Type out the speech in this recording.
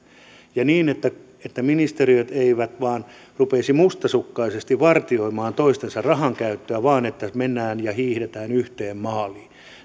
ja niin että että ministeriöt eivät vain rupeaisi mustasukkaisesti vartioimaan toistensa rahankäyttöä vaan mennään ja hiihdetään yhteen maaliin